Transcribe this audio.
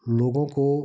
लोगों को